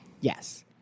Yes